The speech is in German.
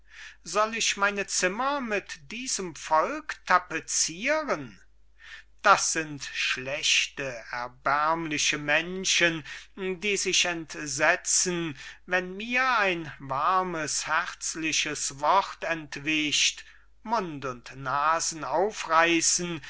soll ich meine zimmer mit diesem volk tapezieren das sind schlechte erbärmliche menschen die sich entsetzen wenn mir ein warmes herzliches wort entwischt mund und nasen aufreißen